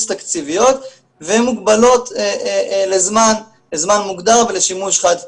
תקציביות והן מוגבלות לזמן מוגדר ושימוש חד פעמי.